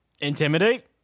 Intimidate